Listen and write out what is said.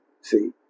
See